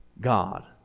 God